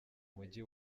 mujyi